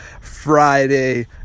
Friday